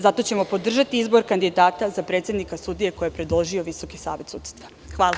Zato ćemo podržati izbor kandidata za predsednika sudija koji je predložio Visoki savet sudstva.